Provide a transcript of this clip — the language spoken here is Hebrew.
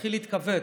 מתחיל להתכווץ,